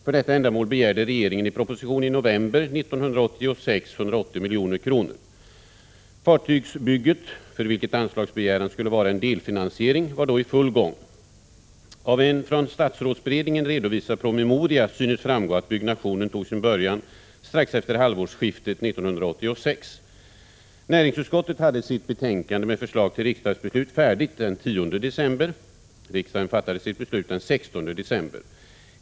För detta ändamål begärde regeringen i proposition i november 1986 180 milj.kr. Fartygsbygget, för vilket anslagsbegäran skulle vara en delfinansiering, var då i full gång. Av en från statsrådsberedningen redovisad promemoria synes framgå att byggnationen tog sin början strax efter halvårsskiftet 1986. Näringsutskottet hade sitt betänkande med förslag till riksdagsbeslut färdigt den 10 december. Riksdagen fattade sitt beslut den 16 december.